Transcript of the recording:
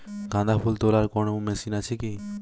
গাঁদাফুল তোলার কোন মেশিন কি আছে?